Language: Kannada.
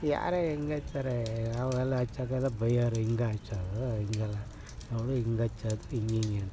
ಯಾರೇ ಹೆಂಗೆ ಹಚ್ತಾರೆ ನಾವೆಲ್ಲ ಹೆಚ್ಚೋದೆಲ್ಲ ಬಯ್ಯೋರು ಹಿಂಗೆ ಹೆಚ್ಚೋದು ಹಿಂಗಲ್ಲ ನೋಡು ಹಿಂಗೆ ಹೆಚ್ಚೋದು ಹಿಂಗಿಂಗೆ ಅಂತ